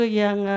yang